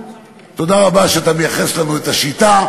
תודה רבה שאתה מייחס לנו את השיטה,